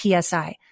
PSI